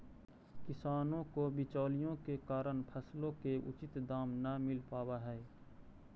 किसानों को बिचौलियों के कारण फसलों के उचित दाम नहीं मिल पावअ हई